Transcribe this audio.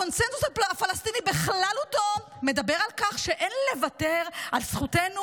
הקונסנזוס הפלסטיני בכללותו מדבר על כך שאין לוותר על זכותנו